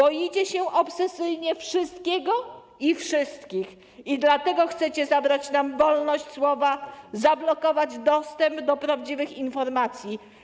Obsesyjnie boicie się wszystkiego i wszystkich i dlatego chcecie zabrać nam wolność słowa, zablokować dostęp do prawdziwych informacji.